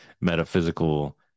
metaphysical